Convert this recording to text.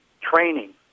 training